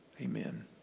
Amen